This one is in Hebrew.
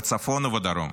בצפון ובדרום.